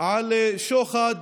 על שוחד,